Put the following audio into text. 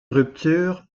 rupture